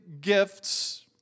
gifts